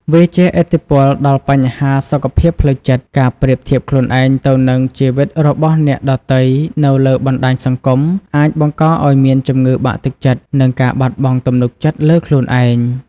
វាជះឥទ្ធិពលដល់បញ្ហាសុខភាពផ្លូវចិត្ត ការប្រៀបធៀបខ្លួនឯងទៅនឹង ជីវិតរបស់អ្នកដទៃនៅលើបណ្តាញសង្គម អាចបង្កឲ្យមានជំងឺបាក់ទឹកចិត្ត និងការបាត់បង់ទំនុកចិត្តលើខ្លួនឯង។